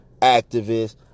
activist